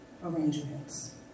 arrangements